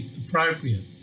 appropriate